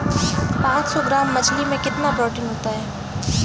पांच सौ ग्राम मछली में कितना प्रोटीन होता है?